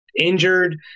injured